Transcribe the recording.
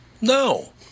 no